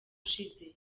ushize